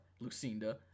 Lucinda